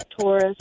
Taurus